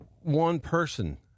One-person